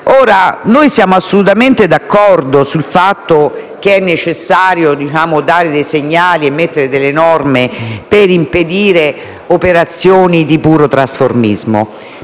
Noi siamo assolutamente d'accordo che sia necessario dare dei segnali e mettere delle norme per impedire operazioni di puro trasformismo,